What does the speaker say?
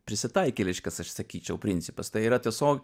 prisitaikėliškas aš sakyčiau principas tai yra tiesiog